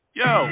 yo